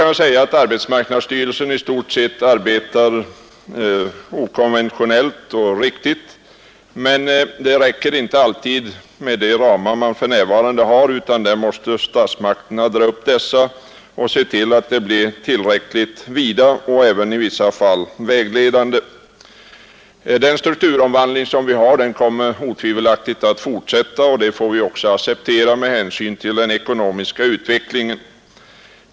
Arbetsmarknadsstyrelsen arbetar i stort sett okonventionellt och riktigt, men det räcker inte alltid med de ramar man för närvarande har, utan statsmakterna måste se till att de blir tillräckligt vida och även i vissa fall vägledande. Den strukturomvandling som pågår kommer otvivelaktigt att fortsätta, och det får vi också acceptera med hänsyn till den ekonomiska utvecklingen.